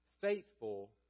Faithful